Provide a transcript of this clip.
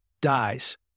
dies